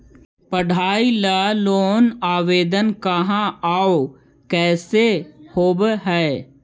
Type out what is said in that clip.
पढाई ल लोन के आवेदन कहा औ कैसे होब है?